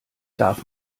darf